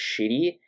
shitty